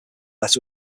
letter